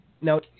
Now